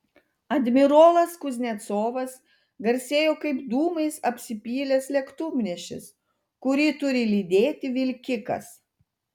admirolas kuznecovas garsėjo kaip dūmais apsipylęs lėktuvnešis kurį turi lydėti vilkikas